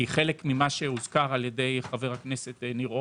כחלק ממה שהוזכר על ידי חבר הכנסת ניר אורבך.